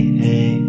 hey